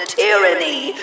tyranny